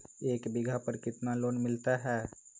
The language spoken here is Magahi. एक बीघा पर कितना लोन मिलता है?